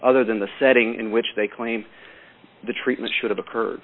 other than the setting in which they claim the treatment should have occurred